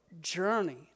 journey